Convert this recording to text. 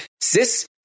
sis